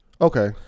Okay